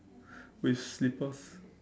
with slippers